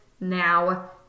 now